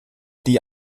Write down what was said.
die